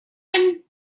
and